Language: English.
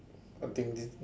I think this